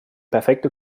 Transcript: perfekte